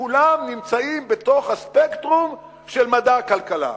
שכולם נמצאים בתוך הספקטרום של מדע הכלכלה.